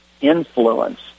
influence